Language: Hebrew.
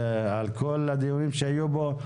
על כל הדיונים שהיו בו.